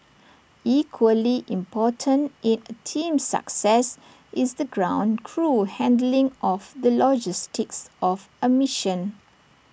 equally important in A team's success is the ground crew handling of the logistics of A mission